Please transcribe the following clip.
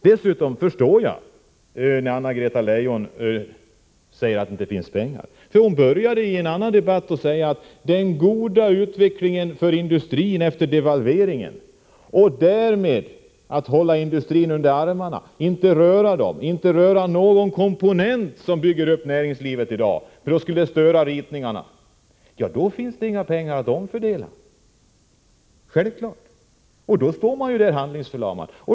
Anna-Greta Leijons uttalande om att det inte finns pengar kan möjligen ses mot bakgrund av att hon började en annan debatt med att tala om den goda utvecklingen för industrin efter devalveringen — det gäller att hålla industrin under armarna, att inte röra någon komponent som bygger upp näringslivet i dag, för det skulle störa ritningarna. Under sådana förhållanden finns det självfallet inga pengar att omfördela, och då står man där handlingsförlamad.